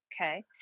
Okay